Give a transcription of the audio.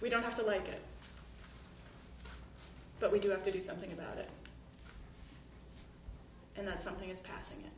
we don't have to like it but we do have to do something about it and that something is passing i